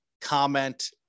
comment